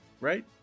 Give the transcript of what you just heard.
right